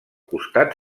costat